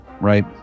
right